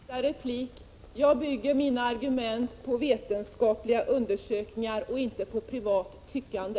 Herr talman! En sista replik. Jag bygger mina argument på vetenskapliga undersökningar och inte på privat tyckande.